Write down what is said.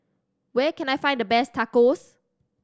where can I find the best Tacos